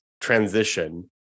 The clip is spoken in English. transition